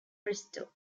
bristol